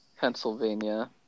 Pennsylvania